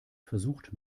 versucht